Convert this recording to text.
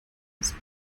als